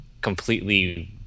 completely